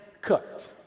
cooked